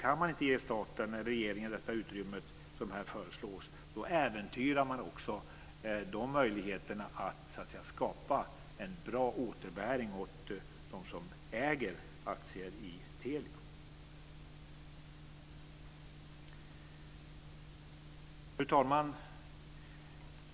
Kan man inte ge regeringen det utrymme som här föreslås äventyras också möjligheterna att skapa en bra återbäring åt dem som äger aktier i Telia. Fru talman!